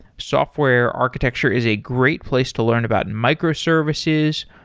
software architecture is a great place to learn about microservices,